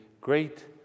great